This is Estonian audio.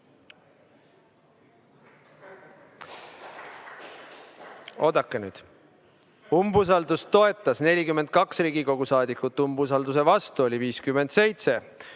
Oodake nüüd! Umbusaldamist toetas 42 Riigikogu saadikut, umbusaldamise vastu oli 57.